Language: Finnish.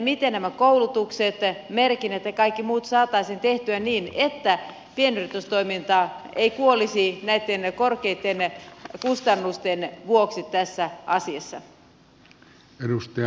miten nämä koulutukset merkinnät ja kaikki muut saataisiin tehtyä niin että pienyritystoiminta ei kuolisi näitten korkeitten kustannusten vuoksi tässä asiassa